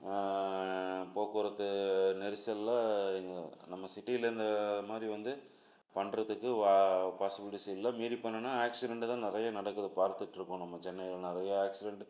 போக்குவரத்து நெரிசல்ல நம்ம சிட்டியில் இந்த மாதிரி வந்து பண்ணுறதுக்கு வா பாசிபிலிட்டிஸ் இல்லை மீறிப் பண்ணும்னா ஆக்சிடெண்ட்டு தான் நிறைய நடக்குது பார்த்துகிட்ருக்கோம் நம்ம சென்னையில் நிறையா ஆக்சிடெண்ட்டு